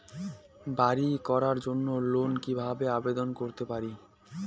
বাড়ি করার জন্য লোন কিভাবে আবেদন করতে পারি?